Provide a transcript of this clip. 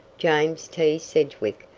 james t. sedgwick,